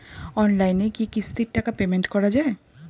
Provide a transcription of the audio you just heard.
অনলাইনে কি কিস্তির টাকা পেমেন্ট করা যায়?